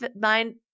mind